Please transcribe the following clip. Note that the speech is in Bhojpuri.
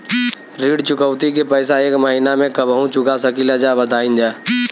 ऋण चुकौती के पैसा एक महिना मे कबहू चुका सकीला जा बताईन जा?